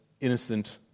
innocent